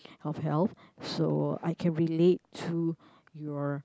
of hell so I can relate to your